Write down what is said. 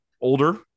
older